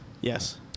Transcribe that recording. Yes